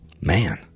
Man